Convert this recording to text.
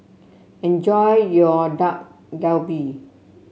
enjoy your Dak Galbi